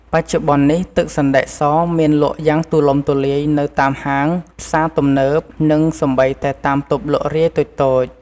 បច្ចុប្បន្ននេះ ទឹកសណ្តែកសមានលក់យ៉ាងទូលំទូលាយនៅតាមហាង ផ្សារទំនើប និងសូម្បីតែតាមតូបលក់រាយតូចៗ។